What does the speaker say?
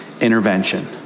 intervention